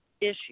issue